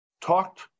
talked